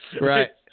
Right